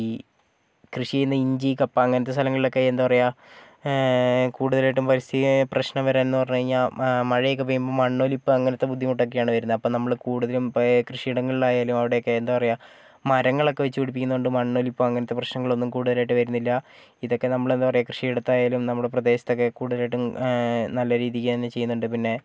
ഈ കൃഷി ചെയ്യുന്ന ഇഞ്ചി കപ്പ അങ്ങനത്തെ സ്ഥലങ്ങളിലൊക്കെ എന്താണ് പറയുക കൂടുതലായിട്ടും പരിസ്ഥിതി പ്രശ്നം വരാൻ എന്ന് പറഞ്ഞുകഴിഞ്ഞാൽ മഴയൊക്കെ പെയ്യുമ്പം മണ്ണൊലിപ്പ് അങ്ങനത്തെ ബുദ്ധിമുട്ടൊക്കെയാണ് വരുന്നത് അപ്പോൾ നമ്മൾ കൂടുതലും കൃഷിയിടങ്ങളിലായാലും അവിടെ ഒക്കെ എന്താണ് പറയുക മരങ്ങളൊക്കെ വെച്ചുപിടിപ്പിക്കുന്നത് കൊണ്ടും മണ്ണൊലിപ്പ് അങ്ങനത്തെ പ്രശ്നങ്ങളൊന്നും കൂടുതലായിട്ട് വരുന്നില്ല ഇതൊക്കെ നമ്മൾ എന്താണ് പറയുക കൃഷിയിടത്തായാലും നമ്മുടെ പ്രദേശത്തൊക്കെ കൂടുതലായിട്ടും നല്ല രീതിക്ക് തന്നെ ചെയ്യുന്നുണ്ട് പിന്നെ